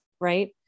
right